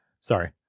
Sorry